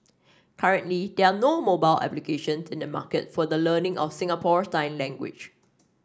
currently there are no mobile applications in the market for the learning of Singapore sign language